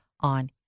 on